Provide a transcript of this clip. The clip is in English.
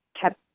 kept